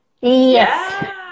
Yes